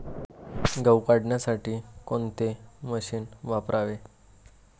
गहू काढण्यासाठी कोणते मशीन वापरावे?